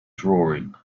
drawing